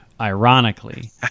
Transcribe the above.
ironically